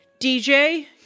DJ